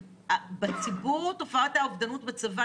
בציבור תופעת האובדנות בצבא,